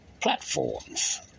platforms